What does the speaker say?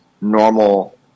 normal